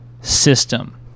system